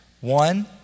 One